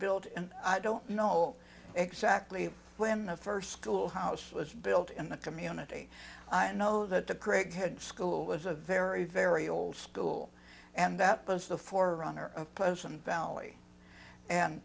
build and i don't know exactly when the first school house was built in the community i know that the gregg school was a very very old school and that was the four runner of person valley and